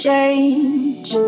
Change